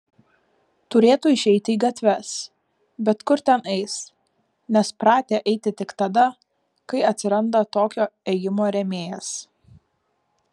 turėtų išeiti į gatves bet kur ten eis nes pratę eiti tik tada kai atsiranda tokio ėjimo rėmėjas